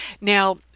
Now